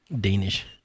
Danish